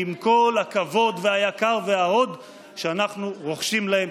עם כל הכבוד והיקר וההוד שאנחנו רוחשים להם.